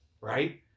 Right